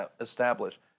established